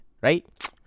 Right